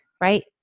right